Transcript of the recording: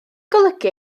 golygu